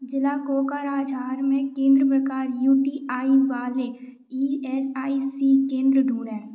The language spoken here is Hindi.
ज़िला कोकराझार में केंद्र प्रकार यू टी आई वाले ई एस आई सी केंद्र ढूंढें